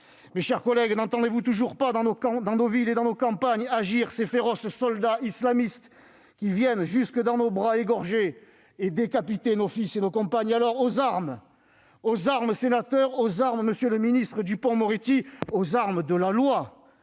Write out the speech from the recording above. Mes chers collègues, n'entendez-vous toujours pas dans nos villes et dans nos campagnes agir ces féroces soldats islamistes, qui viennent jusque dans nos bras, égorger et décapiter nos fils et nos compagnes ? Aux armes, sénateurs, aux armes, monsieur le ministre Dupond-Moretti, aux armes de la loi,